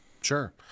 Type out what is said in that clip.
Sure